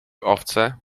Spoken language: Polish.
owce